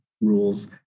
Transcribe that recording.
rules